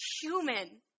human